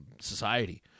society